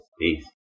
Peace